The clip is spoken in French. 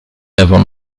avant